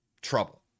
trouble